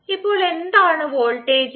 ഇപ്പോൾ എന്താണ് voltage v